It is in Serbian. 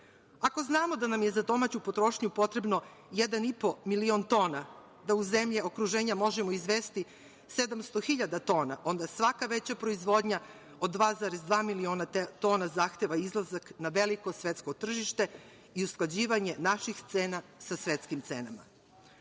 Ako znamo da nam je za domaću potrošnju potreban 1,5 milion tona da u zemlje okruženja možemo izvesti 700.000 tona, onda svaka veća proizvodnja od 2,2 miliona tona zahteva izlazak na veliko svetsko tržište i usklađivanje naših cena sa svetskim cenama.U